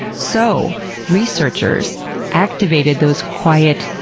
so researchers activated those quiet,